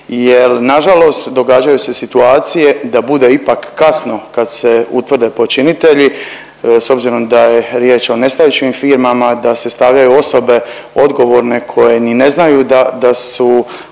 jel nažalost događaju se situacije da bude ipak kasno kad se utvrde počinitelji s obzirom da je riječ o nestajućim firmama, da se stavljaju osobe odgovorne koje ni ne znaju da,